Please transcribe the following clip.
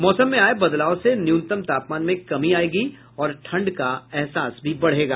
मौसम में आये बदलाव से न्यूनतम तापमान में कमी आयेगी और ठंड का एहसास भी बढ़ेगा